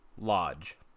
Lodge